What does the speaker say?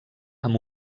amb